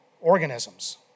organisms